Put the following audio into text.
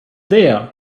there